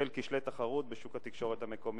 בשל כשלי תחרות בשוק התקשורת המקומי,